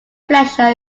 pleasure